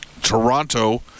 Toronto